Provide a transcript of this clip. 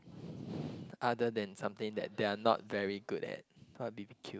other than something that they are not very good at what b_b_q